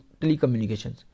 telecommunications